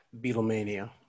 Beatlemania